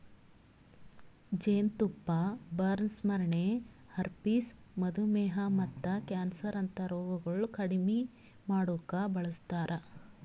ಜೇನತುಪ್ಪ ಬರ್ನ್ಸ್, ಸ್ಮರಣೆ, ಹರ್ಪಿಸ್, ಮಧುಮೇಹ ಮತ್ತ ಕ್ಯಾನ್ಸರ್ ಅಂತಾ ರೋಗಗೊಳ್ ಕಡಿಮಿ ಮಾಡುಕ್ ಬಳಸ್ತಾರ್